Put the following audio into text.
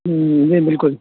ہمم نہیں بالکل